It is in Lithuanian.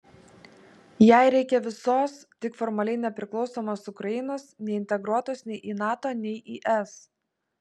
jai reikia visos tik formaliai nepriklausomos ukrainos neintegruotos nei į nato nei į es